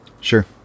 Sure